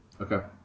Okay